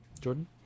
Jordan